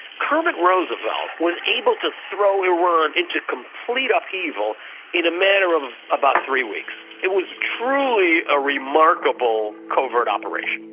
kermit roosevelt was able to throw iran into complete upheaval in a matter of about three weeks. it was truly a remarkable covert operation.